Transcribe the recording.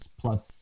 plus